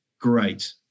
great